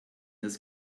his